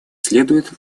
следует